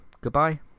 goodbye